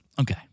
okay